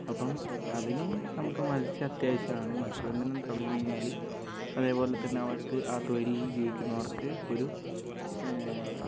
അപ്പം അതിന് നമുക്ക് മത്സ്യം അത്യാവശ്യമാണ് മത്സ്യബന്ധനം തടഞ്ഞ് കഴിഞ്ഞാൽ അതേപോലെത്തന്നെ അവർക്ക് ആ തൊഴിലിൽ ജീവിക്കുന്നവർക്ക് ഒരു